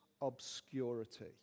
obscurity